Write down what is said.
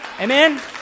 Amen